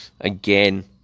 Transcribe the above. again